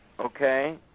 okay